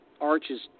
arches